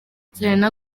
serena